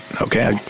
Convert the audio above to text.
okay